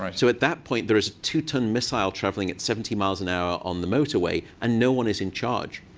um so at that point, there is a two-ton missile traveling at seventy miles an hour on the motorway, and no one is in charge.